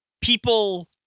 people